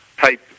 type